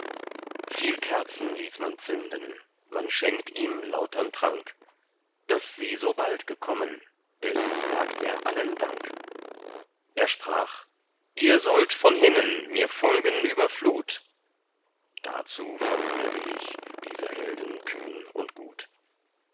viel kerzen ließ man zünden man schenkt ihm lautern trank daß sie so bald gekommen des sagt er allen dank er sprach ihr sollt von hinnen mir folgen über flut dazu fand er willig diese helden kühn und gut